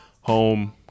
home